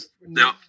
No